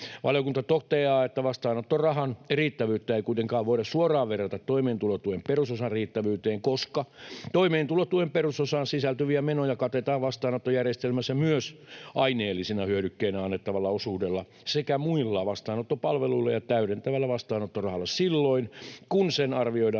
Valiokunta toteaa, että vastaanottorahan riittävyyttä ei kuitenkaan voida suoraan verrata toimeentulotuen perusosan riittävyyteen, koska toimeentulotuen perusosaan sisältyviä menoja katetaan vastaanottojärjestelmässä myös aineellisena hyödykkeenä annettavalla osuudella sekä muilla vastaanottopalveluilla ja täydentävällä vastaanottorahalla silloin, kun sen arvioidaan